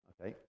Okay